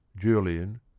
Julian